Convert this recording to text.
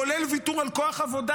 כולל ויתור על כוח עבודה,